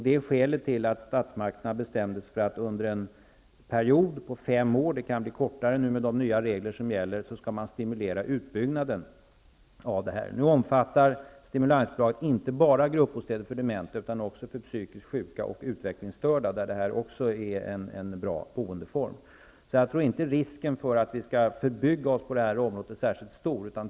Det är skälet till att statsmakterna bestämde sig för att man under en period av fem år -- den kan bli kortare med de nya regler som gäller -- skall stimulera utbyggnaden. Stimulansbidraget omfattar gruppbostäder inte bara för dementa, utan också för psykiskt sjuka och utvecklingsstörda. För dem är detta också en bra boendeform. Jag tror därför inte att det är särskilt stor risk för att vi skall förbygga oss på det här området.